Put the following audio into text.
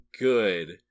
good